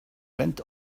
went